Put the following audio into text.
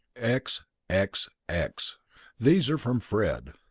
x x x these are from fred.